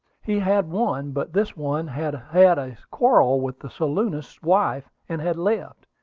he had one but this one had had a quarrel with the saloonist's wife, and had left.